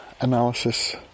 analysis